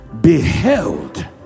beheld